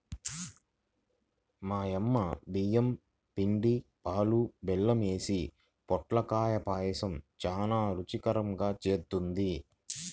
మా యమ్మ బియ్యం పిండి, పాలు, బెల్లం యేసి పొట్లకాయ పాయసం చానా రుచికరంగా జేత్తది